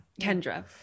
Kendra